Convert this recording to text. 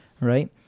Right